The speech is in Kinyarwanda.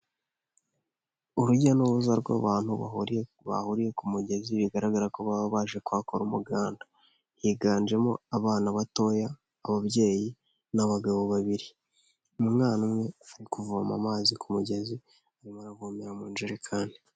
Urujya n'uruza rw'abantu bahuriye ku mugezi bigaragara ko baba baje kuhakora umuganda. Higanjemo abana batoya, ababyeyi n'abagabo babiri. Umwana umwe ari kuvoma amazi ku mugezi arimimo aravomera mu jerikani.